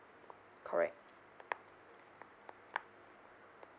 correct